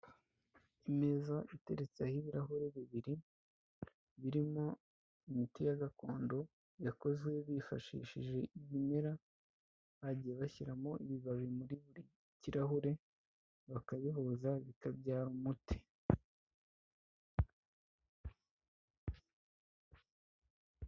Imeza iteretseho ibirahure bibiri, birimo imiti ya gakondo yakoze bifashishije ibimera, bagiye bashyiramo ibibabi muri buri kirahure bakabihuza bikabyara umuti.